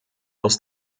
aus